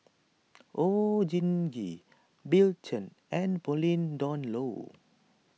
Oon Jin Gee Bill Chen and Pauline Dawn Loh